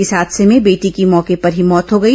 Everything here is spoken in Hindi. इस हादसे में बेटी की मौके पर ही मौत हो गई